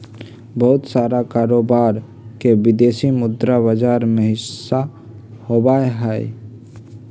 बहुत सारा कारोबार के विदेशी मुद्रा बाजार में हिसाब होबा हई